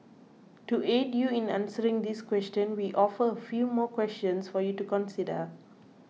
to aid you in answering this question we offer a few more questions for you to consider